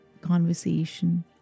conversation